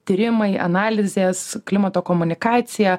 tyrimai analizės klimato komunikacija